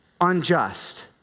unjust